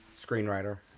Screenwriter